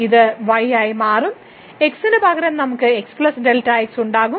ഇത് y ആയി മാറും x ന് പകരം നമുക്ക് x x ഉണ്ടാകും